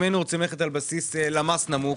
אם היינו רוצים ללכת על בסיס דירוג למ"ס נמוך